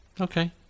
Okay